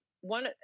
one